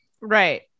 Right